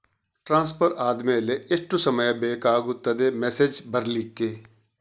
Transfer ಆದ್ಮೇಲೆ ಎಷ್ಟು ಸಮಯ ಬೇಕಾಗುತ್ತದೆ ಮೆಸೇಜ್ ಬರ್ಲಿಕ್ಕೆ?